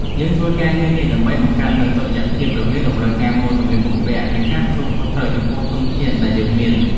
យើងធ្វើការងារនេះដើម្បីបង្កើតនូវតុល្យភាពរវាងតម្រូវការម៉ូដសម្លៀកបំពាក់ និងការទទួលខុសត្រូវចំពោះធនធានដែលយើងមាន។